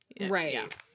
Right